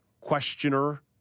questioner